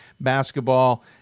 basketball